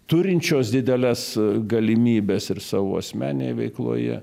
turinčios dideles galimybes ir savo asmeninėj veikloje